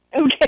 Okay